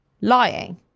lying